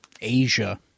Asia